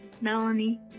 Melanie